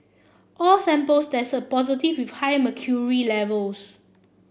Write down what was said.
all samples tested positive with high mercury levels